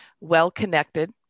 well-connected